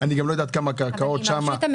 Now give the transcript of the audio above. אני גם לא יודע עד כמה הקרקעות שם --- אם